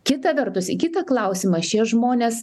kita vertus į kitą klausimą šie žmonės